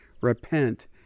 repent